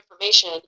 information